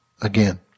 again